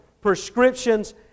prescriptions